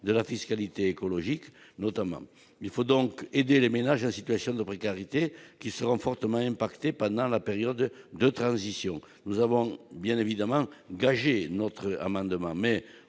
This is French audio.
de la fiscalité écologique notamment. Il faut donc aider les ménages en situation de précarité, qui seront fortement impactés pendant la période de transition. Nous avons bien évidemment gagé notre amendement.